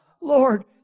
Lord